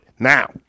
Now